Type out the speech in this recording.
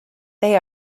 they